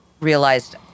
realized